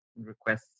requests